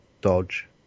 Dodge